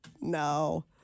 No